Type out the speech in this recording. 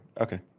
Okay